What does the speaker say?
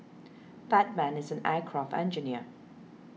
that man is an aircraft engineer